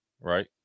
right